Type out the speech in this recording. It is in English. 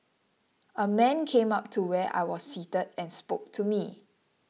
a man came up to where I was seated and spoke to me